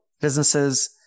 businesses